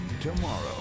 tomorrow